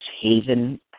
Haven